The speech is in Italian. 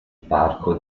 parco